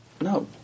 No